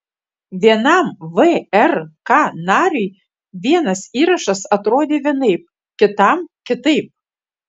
vienam vrk nariui vienas įrašas atrodė vienaip kitam kitaip